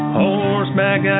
horseback